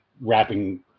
wrapping